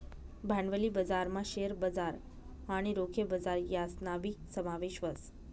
भांडवली बजारमा शेअर बजार आणि रोखे बजार यासनाबी समावेश व्हस